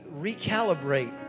recalibrate